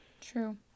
True